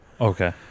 Okay